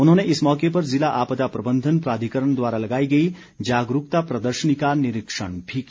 उन्होंने इस मौके पर ज़िला आपदा प्रबंधन प्राधिकरण द्वारा लगाई गई जागरूकता प्रदर्शनी का निरीक्षण भी किया